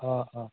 অ' অ'